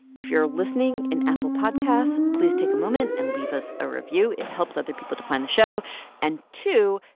if you're listening in apple podcasts, please take a moment and leave us a review. it helps other people to find the show and two,